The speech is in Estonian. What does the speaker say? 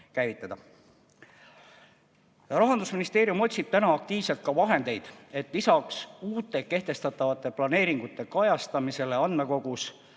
Rahandusministeerium otsib aktiivselt vahendeid, et lisaks uute kehtestatavate planeeringute kajastamisele andmekogus